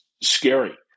scary